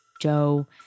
Joe